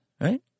right